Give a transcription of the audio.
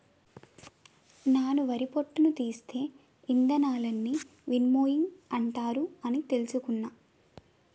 నాను వరి పొట్టును తీసే ఇదానాలన్నీ విన్నోయింగ్ అంటారు అని తెలుసుకున్న